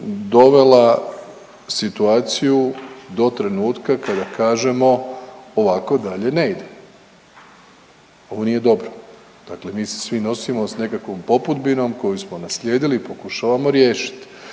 dovela situaciju do trenutka kada kažemo ovako dalje ne ide, ovo nije dobro. Dakle, mi se svi nosimo s nekakvom popudbinom koju smo naslijedili i pokušavamo riješiti.